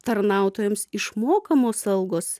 tarnautojams išmokamos algos